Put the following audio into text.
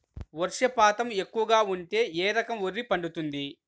వర్షపాతం ఎక్కువగా ఉంటే ఏ రకం వరి పండుతుంది?